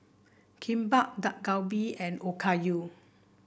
Kimbap Dak Galbi and Okayu